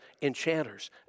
enchanters